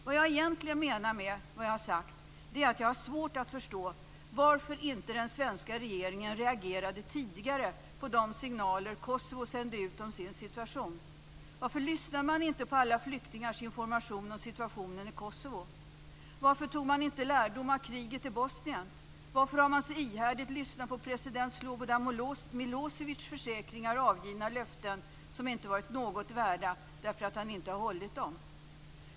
Vad jag egentligen menar med vad jag har sagt är att jag har svårt att förstå varför inte den svenska regeringen reagerade tidigare på de signaler Kosovo sände ut om sin situation. Varför lyssnade man inte på alla flyktingars information om situationen i Kosovo? Varför tog man inte lärdom av kriget i Bosnien? Varför har man så ihärdigt lyssnat på president Slobodan Milosevics försäkringar och avgivna löften, som inte har varit något värda eftersom han inte har hållit dem?